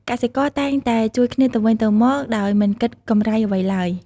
កសិករតែងតែជួយគ្នាទៅវិញទៅមកដោយមិនគិតកម្រៃអ្វីឡើយ។